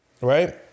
right